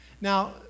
Now